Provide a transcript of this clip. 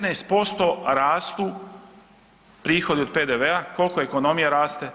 15% rastu prihodi od PDV-a. koliko ekonomija raste?